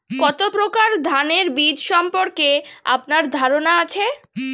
কত প্রকার ধানের বীজ সম্পর্কে আপনার ধারণা আছে?